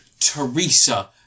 Teresa